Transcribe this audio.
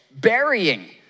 burying